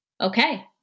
okay